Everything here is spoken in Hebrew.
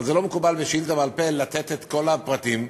אבל לא מקובל בשאילתה בעל-פה לתת את כל הפרטים.